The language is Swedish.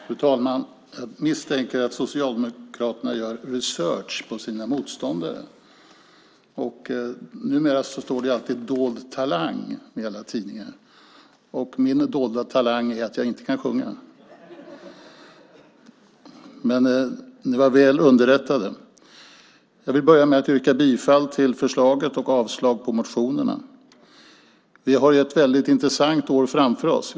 Fru talman! Jag misstänker att Socialdemokraterna gör en research på sina motståndare. Numera står det alltid dold talang i alla tidningar. Min dolda talang är att jag inte kan sjunga. Ni var väl underrättade. Jag vill börja med att yrka bifall till förslaget och avslag på motionerna. Vi har ett väldigt intressant år framför oss.